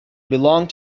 belonged